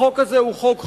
החוק הזה הוא חוק חמור.